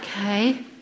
Okay